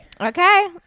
Okay